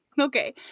okay